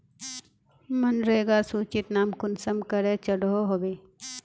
मनरेगा सूचित नाम कुंसम करे चढ़ो होबे?